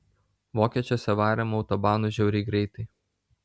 vokiečiuose varėm autobanu žiauriai greitai